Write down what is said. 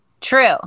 true